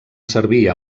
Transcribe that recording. servir